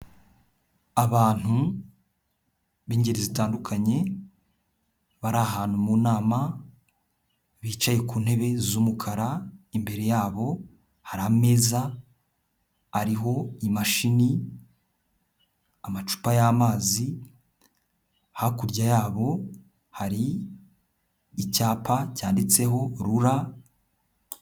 Abantu b'ingeri zitandukanye, bari ahantu mu nama bicaye ku ntebe z'umukara, imbere yabo hari ameza ariho imashini, amacupa y'amazi, hakurya yabo hari icyapa cyanditseho RURA.